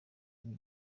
ibi